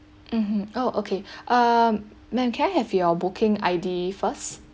mmhmm oh okay um ma'am can I have your booking I_D first